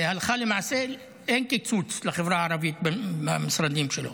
והלכה למעשה אין קיצוץ לחברה הערבית במשרדים שלו.